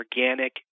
organic